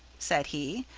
said he,